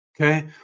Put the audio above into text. okay